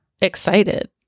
excited